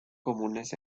comunes